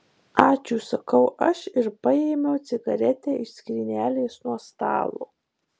ačiū sakau aš ir paėmiau cigaretę iš skrynelės nuo stalo